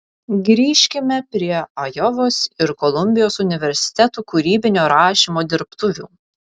grįžkime prie ajovos ir kolumbijos universitetų kūrybinio rašymo dirbtuvių